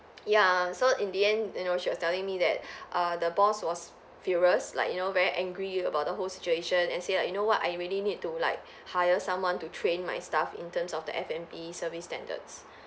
ya so in the end you know she was telling me that err the boss was furious like you know very angry about the whole situation and say like you know what I really need to like hire someone to train my staff in terms of the F&B service standards